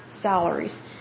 salaries